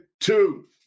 two